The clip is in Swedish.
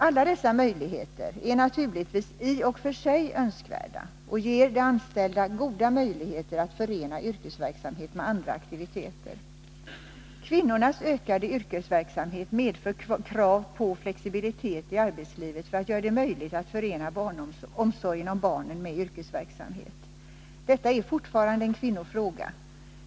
Alla dessa möjligheter är naturligtvis i och för sig önskvärda och ger de anställda goda möjligheter att förena yrkesverksamhet med andra aktiviteter. Kvinnornas ökade yrkesverksamhet medför krav på viss flexibilitet i arbetslivet för att göra det möjligt att förena omsorgen om barnen med yrkesverksamhet. Detta är fortfarande en kvinnofråga.